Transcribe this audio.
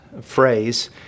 phrase